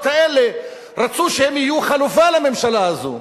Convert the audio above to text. האלה רצו שהם יהיו חלופה לממשלה הזאת.